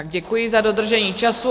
Děkuji za dodržení času.